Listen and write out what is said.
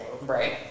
Right